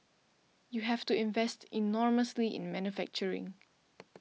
you have to invest enormously in manufacturing